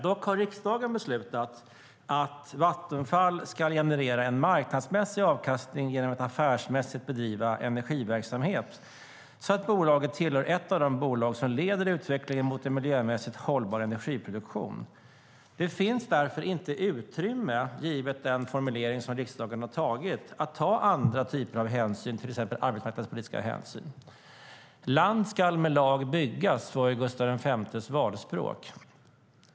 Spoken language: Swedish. Dock har riksdagen beslutat att Vattenfall ska generera en marknadsmässig avkastning genom att affärsmässigt bedriva energiverksamhet så att bolaget är ett av de bolag som leder utvecklingen mot en miljömässigt hållbar energiproduktion. Det finns därför inte utrymme, givet den formulering som riksdagen har antagit, att ta andra typer av hänsyn, till exempel arbetsmarknadspolitiska hänsyn. "Land skall med lag byggas", var Karl XV:s valspråk.